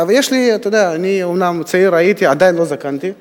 אתה יודע, אומנם צעיר הייתי, עדיין לא זקנתי,